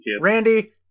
Randy